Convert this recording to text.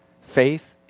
Faith